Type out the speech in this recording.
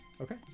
Okay